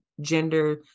gender